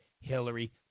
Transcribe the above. Hillary